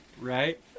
right